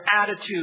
attitude